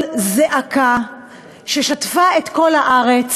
קול זעקה ששטף את כל הארץ,